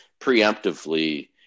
preemptively